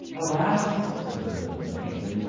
alas! said the moor, faintly,